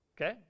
Okay